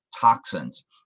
toxins